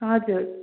हजुर